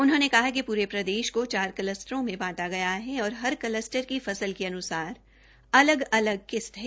उन्होंने कहा कि पूरे प्रदेश में चार कलस्टरों में बांट गया है और हर कलस्टर की फसल के अन्सार अलग अलग किस्त है